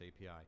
API